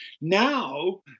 Now